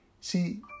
See